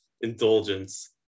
indulgence